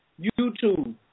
YouTube